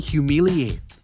Humiliate